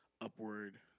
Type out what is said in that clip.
upward